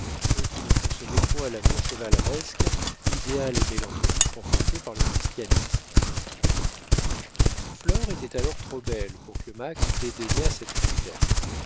eux qui ne concevaient point l'amour chevaleresque idéal et mélancolique enfanté par le christianisme flore était alors trop belle pour que max dédaignât cette conquête